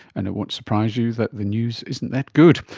and it won't surprise you that the news isn't that good.